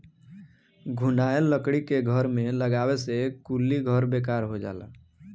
घुनाएल लकड़ी के घर में लगावे से कुली घर बेकार हो जाला